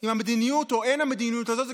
עם המדיניות או עם האין-מדיניות הזאת זה